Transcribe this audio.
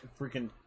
freaking